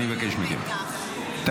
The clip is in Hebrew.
אבל עשינו --- אין לי בעיה ----- אני מבקש מכם.